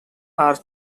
are